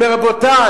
הוא אומר: רבותי,